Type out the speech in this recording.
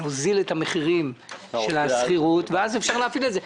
להוזיל את מחירי השכירות ואז אפשר להפעיל את זה.